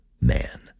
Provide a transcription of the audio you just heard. man